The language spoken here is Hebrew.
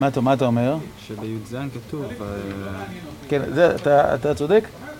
מה אתה, מה אתה אומר? שבי"ז כתוב... כן, זה אתה, אתה צודק,